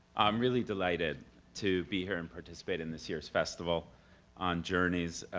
i'm really delighted to be here and participate in this year's festival on journeys.